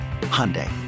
Hyundai